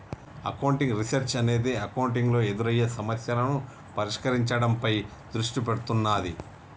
accounting research అనేది accounting లో ఎదురయ్యే సమస్యలను పరిష్కరించడంపై దృష్టి పెడుతున్నాది